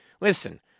Listen